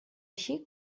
així